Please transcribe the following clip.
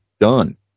Done